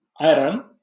iron